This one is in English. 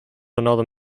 another